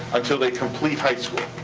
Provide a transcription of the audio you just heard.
until they complete high school.